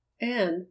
And